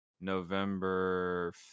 November